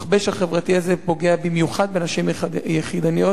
המכבש החברתי הזה פוגע במיוחד בנשים יחידניות.